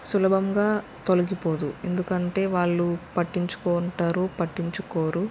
సులభంగా తొలగిపోదు ఎందుకంటే వాళ్ళు పట్టించుకుంటారు పట్టించుకోరు